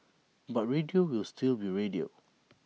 but radio will still be radio